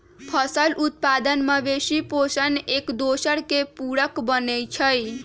फसल उत्पादन, मवेशि पोशण, एकदोसर के पुरक बनै छइ